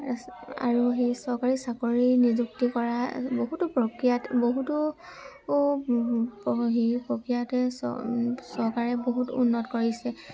আৰু হেৰি চৰকাৰী চাকৰি নিযুক্তি কৰা বহুত প্ৰক্ৰিয়াত বহুতো হেৰি প্ৰক্ৰিয়াটোৱে চৰকাৰে বহুত উন্নত কৰিছে